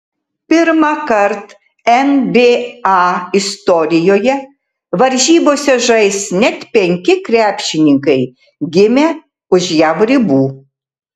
pirmąkart nba istorijoje varžybose žais net penki krepšininkai gimę už jav ribų